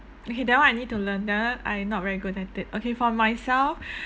okay that one I need to learn that one I not very good at it okay for myself